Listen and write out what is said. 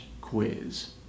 quiz